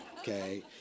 okay